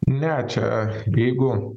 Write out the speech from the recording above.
ne čia jeigu